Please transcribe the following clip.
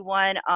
one